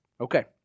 Okay